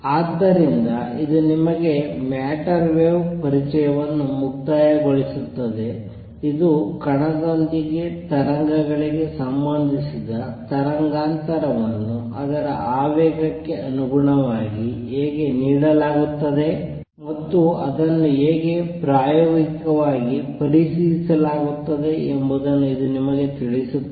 ಆದ್ದರಿಂದ ಇದು ನಿಮಗೆ ಮ್ಯಾಟರ್ ವೇವ್ ಗಳ ಪರಿಚಯವನ್ನು ಮುಕ್ತಾಯಗೊಳಿಸುತ್ತದೆ ಇದು ಕಣದೊಂದಿಗೆ ತರಂಗಗಳಿಗೆ ಸಂಬಂಧಿಸಿದ ತರಂಗಾಂತರವನ್ನು ಅದರ ಆವೇಗಕ್ಕೆ ಅನುಗುಣವಾಗಿ ಹೇಗೆ ನೀಡಲಾಗುತ್ತದೆ ಮತ್ತು ಅದನ್ನು ಹೇಗೆ ಪ್ರಾಯೋಗಿಕವಾಗಿ ಪರಿಶೀಲಿಸಲಾಗುತ್ತದೆ ಎಂಬುದನ್ನು ಇದು ನಿಮಗೆ ತಿಳಿಸುತ್ತದೆ